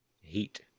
Heat